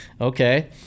okay